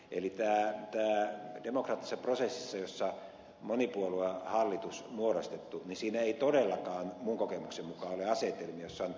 eli demokraattisessa prosessissa jossa monipuoluehallitus on muodostettu ei todellakaan kokeeksi ja sitten jossa